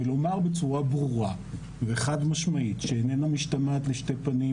ולומר בצורה ברורה וחד-משמעית שאיננה משתמעת לשתי פנים,